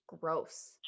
gross